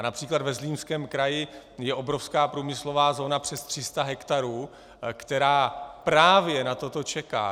Například ve Zlínském kraji je obrovská průmyslová zóna, přes 300 ha, která právě na toto čeká.